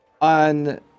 on